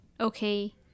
okay